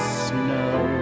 snow